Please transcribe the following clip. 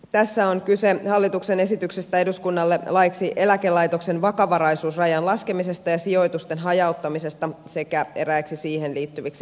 tässä on kyse hallituksen esityksestä eduskunnalle laiksi eläkelaitoksen vakavaraisuusrajan laskemisesta ja sijoitusten hajauttamisesta sekä eräiksi siihen liittyviksi laeiksi